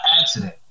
accident